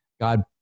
God